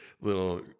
little